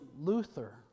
Luther